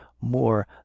more